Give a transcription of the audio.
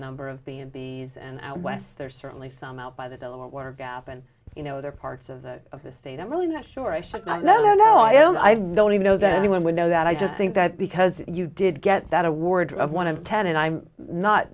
number of the and b s and out west there's certainly some out by the delaware water gap and you know there are parts of the of this state i'm really not sure i should not know i don't i don't even know that anyone would know that i just think that because you did get that award of one of ten and i'm not